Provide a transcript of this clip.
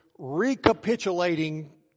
Recapitulating